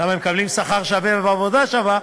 כי הן מקבלות שכר שווה בעבודה שווה,